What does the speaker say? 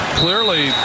clearly